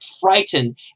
frightened